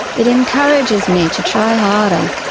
it encourages me to try harder,